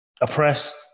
oppressed